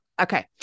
Okay